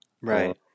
Right